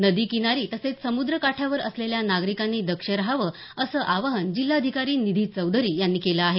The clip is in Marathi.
नदी किनारी तसेच समुद्र काठावर असलेल्या नागरिकांनी दक्ष राहावं असं आवाहन जिल्हाधिकारी निधी चौधरी यांनी केलं आहे